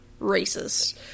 racist